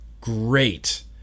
Great